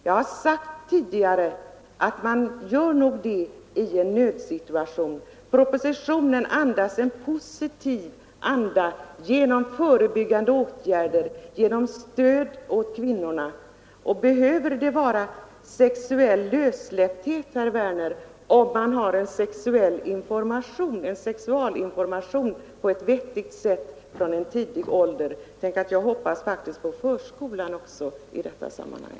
Jag har tidigare sagt att man gör det i en nödsituation. Propositionen ger uttryck för en positiv anda genom förslag till åtgärder i förebyggande syfte och till stöd åt kvinnorna. Behöver det vara detsamma som sexuell lössläppthet, herr Werner, att en sexualinformation bedrivs på ett vettigt sätt från en tidig ålder? Låt mig säga att jag faktiskt också hoppas på förskolan i detta sammanhang.